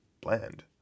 bland